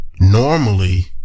normally